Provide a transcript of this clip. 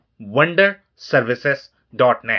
wonderservices.net